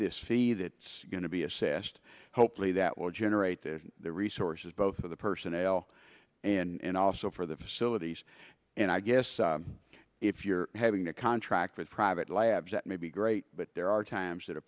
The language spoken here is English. this see that it's going to be assessed hopefully that will generate the resources both for the personnel and also for the facilities and i guess if you're having a contract with private labs that may be great but there are times that a